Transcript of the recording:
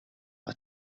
għat